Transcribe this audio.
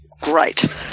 great